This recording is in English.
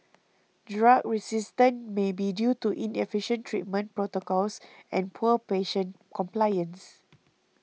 drug resistance may be due to inefficient treatment protocols and poor patient compliance